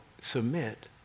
submit